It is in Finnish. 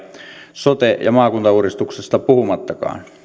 sote ja maakuntauudistuksesta puhumattakaan